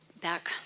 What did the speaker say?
back